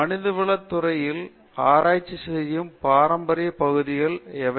மனிதவள துறையில் ஆராய்ச்சி செய்யும் பாரம்பரிய பகுதிகள் எவை